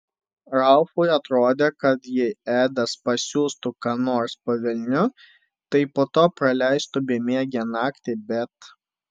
ralfui atrodė kad jei edas pasiųstų ką nors po velnių tai po to praleistų bemiegę naktį bet